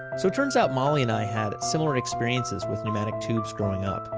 so it turns out molly and i had similar experiences with pneumatic tubes growing up.